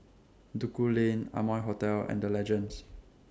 Duku Lane Amoy Hotel and The Legends